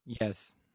Yes